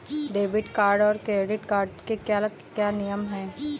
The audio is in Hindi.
डेबिट कार्ड और क्रेडिट कार्ड के क्या क्या नियम हैं?